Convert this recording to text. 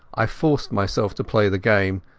i forced myself to play the game.